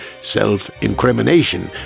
self-incrimination